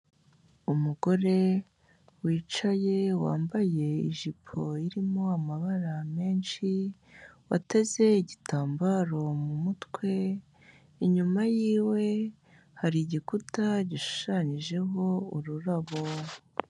Umugore wicaye wambaye ijipo irimo amabara menshi wateze igitambaro mu mutwe, inyuma yiwe hari igikuta gishushanyijeho ururabo.